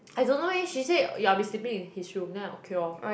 I don't know eh she say yeah I'll be sleeping in his room then I okay orh